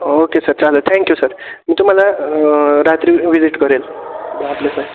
okay sir चालंल thank you sir मी तुम्हाला रात्री विजिट करेल